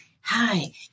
hi